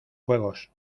juegos